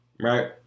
Right